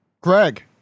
Greg